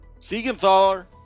Siegenthaler